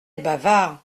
bavard